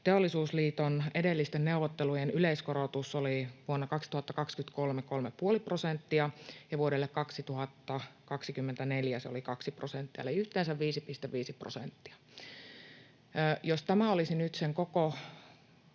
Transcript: Teollisuusliiton edellisten neuvottelujen yleiskorotus oli vuonna 2023 kolme ja puoli prosenttia ja vuodelle 2024 se oli kaksi prosenttia, eli yhteensä 5,5 prosenttia. Jos tämä olisi nyt sen koko...